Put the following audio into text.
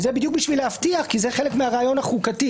וזה בדיוק כדי להבטיח כי זה חלק מהרעיון החוקתי.